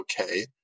okay